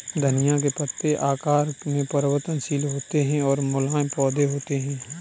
धनिया के पत्ते आकार में परिवर्तनशील होते हैं और मुलायम पौधे होते हैं